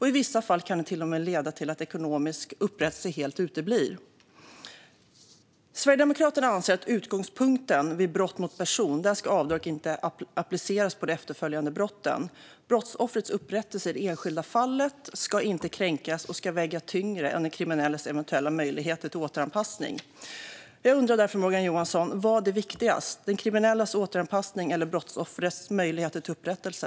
I vissa fall kan det till och med leda till att ekonomisk upprättelse helt uteblir. Sverigedemokraterna anser att utgångspunkten vid brott mot person ska vara att avdrag inte ska appliceras på de efterföljande brotten. Brottsoffrets upprättelse i det enskilda fallet ska inte kränkas och ska väga tyngre än den kriminellas eventuella möjligheter till återanpassning. Jag undrar därför, Morgan Johansson, vad som är viktigast, den kriminellas återanpassning eller brottsoffrets möjligheter till upprättelse.